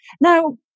Now